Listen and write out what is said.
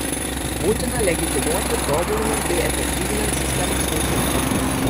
būtina legitimuoti tobulinant bei efektyvinant sistemos veikimą